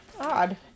Odd